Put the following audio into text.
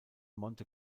monte